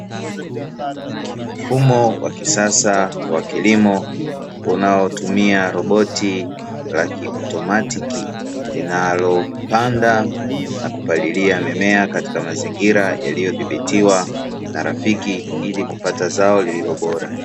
Mfumo wa kisasa wa kilimo, unaotumia roboti la kiautomatiki, linalopanda na kupalilia mimea katika mazingira yaliyodhibitiwa na rafiki ili kupata zao lililo bora.